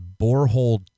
borehole